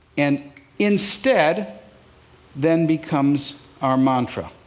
and instedd then becomes our mantra.